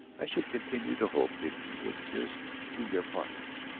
i should continue to hope if you would just do your part.